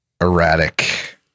erratic